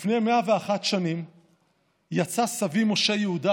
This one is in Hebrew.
לפני 101 שנים יצא סבי משה יהודה,